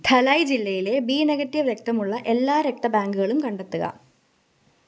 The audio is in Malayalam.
ധലായ് ജില്ലയിലെ ബീ നെഗറ്റീവ് രക്തമുള്ള എല്ലാ രക്തബാങ്ക്കളും കണ്ടെത്തുക